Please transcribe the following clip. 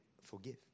forgive